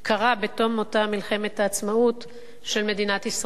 בתום אותה מלחמת העצמאות של מדינת ישראל.